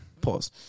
pause